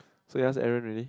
so you ask Aaron already